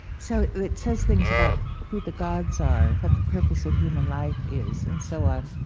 so it says things about who the gods are, what the purpose of human life is, and so on.